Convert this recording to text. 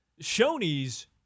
Shoney's